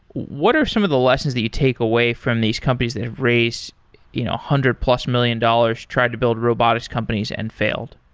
what are some of the lessons that you take away from these companies that have raised one you know hundred plus million dollars trying to build robotics companies and failed?